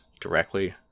directly